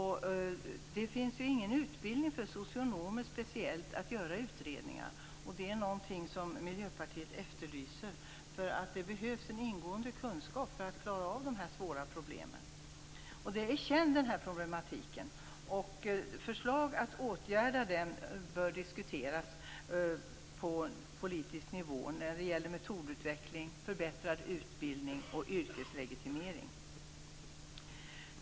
Det finns ingen utbildning för socionomer när det gäller att göra utredningar, och det är något som Miljöpartiet efterlyser. Det behövs nämligen en ingående kunskap för att klara av dessa svåra problem. Denna problematik är känd. Förslag att åtgärda den bör diskuteras på politisk nivå när det gäller metodutveckling, förbättrad utbildning och yrkeslegitimering.